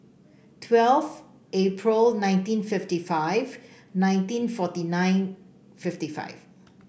twelve April nineteen fifty five nineteen forty nine fifty five